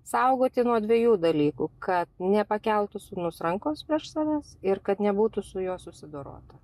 saugoti nuo dviejų dalykų kad nepakeltų sūnus rankos prieš savęs ir kad nebūtų su juo susidorota